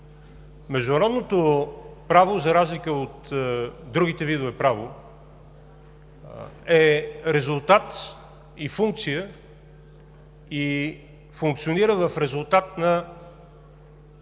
Международното право, за разлика от другите видове право, е резултат и функция от доброволното приемане на